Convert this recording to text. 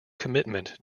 commitment